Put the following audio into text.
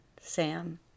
Sam